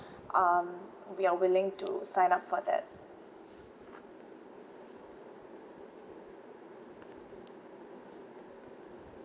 um we are willing to sign up for that